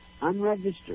unregistered